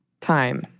time